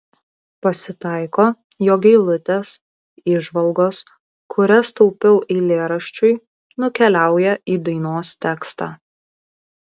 pasitaiko jog eilutės įžvalgos kurias taupiau eilėraščiui nukeliauja į dainos tekstą